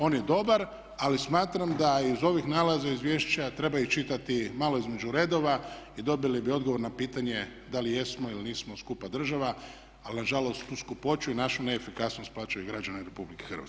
On je dobar, ali smatram da iz ovih nalaza izvješća treba i čitati malo između redova i dobili bi odgovor na pitanje da li jesmo ili nismo skupa država, ali na žalost tu skupoću i našu neefikasnost plaćaju građani Republike Hrvatske.